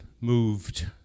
moved